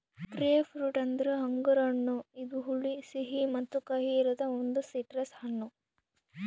grapefruit ಅಂದುರ್ ಅಂಗುರ್ ಹಣ್ಣ ಇದು ಹುಳಿ, ಸಿಹಿ ಮತ್ತ ಕಹಿ ಇರದ್ ಒಂದು ಸಿಟ್ರಸ್ ಹಣ್ಣು